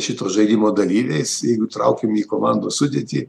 šito žaidimo dalyviais jeigu traukiami į komandos sudėtį